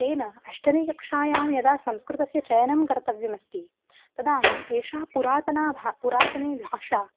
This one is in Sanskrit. तेन अष्टमिकक्षायां यदा संस्कृतस्य चयनं कर्तव्यमस्ति तदानीम् एषा पुरातनभाषा पुरातनभाषा